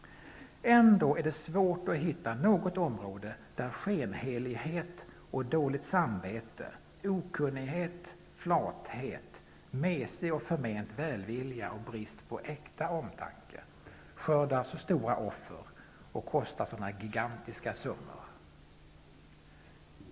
Ändå är det svårt att hitta något område där skenhelighet och dåligt samvete, okunnighet, flathet, mesig och förment välvilja samt brist på äkta omtanke skördar så stora offer och kostar sådana gigantiska summor.